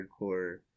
hardcore